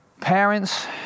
Parents